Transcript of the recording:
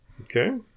okay